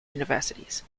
universities